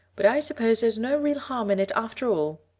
but i suppose there's no real harm in it after all.